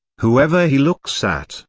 whoever he looks at,